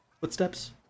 footsteps